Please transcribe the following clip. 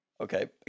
Okay